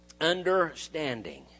Understanding